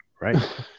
Right